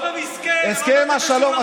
הסכם השלום,